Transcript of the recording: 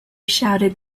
shouted